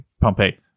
Pompeii